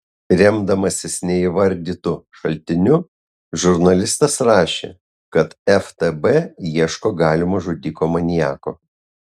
remdamasis neįvardytu šaltiniu žurnalistas rašė kad ftb ieško galimo žudiko maniako